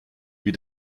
wie